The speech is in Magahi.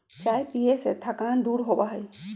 चाय पीये से थकान दूर होबा हई